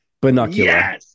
Binocular